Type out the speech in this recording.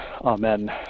amen